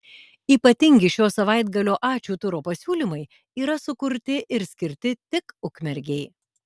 ypatingi šio savaitgalio ačiū turo pasiūlymai yra sukurti ir skirti tik ukmergei